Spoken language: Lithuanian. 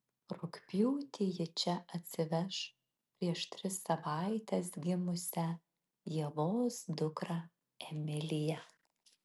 rugpjūtį ji čia atsiveš prieš tris savaites gimusią ievos dukrą emiliją